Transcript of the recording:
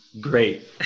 great